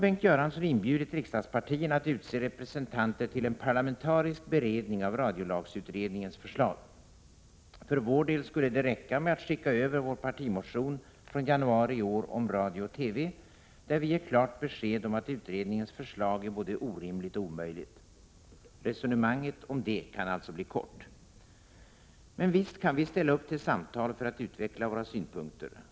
Bengt Göransson har nu inbjudit riksdagspartierna att utse representanter till en parlamentarisk beredning av radiolagsutredningens förslag. För vår del skulle det räcka med att skicka över vår partimotion från januari i år om 163 radio och TV. Vi ger där klart besked om att utredningens förslag är både orimligt och omöjligt. Resonemanget om det kan alltså bli kort. Vi kan naturligtvis ställa upp på samtal för att utveckla våra synpunkter.